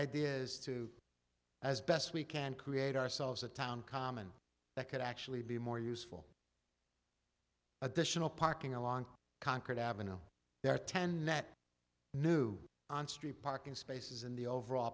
idea is to as best we can create ourselves a town common that could actually be more useful additional parking along concord avenue there are ten net new on street parking spaces in the overall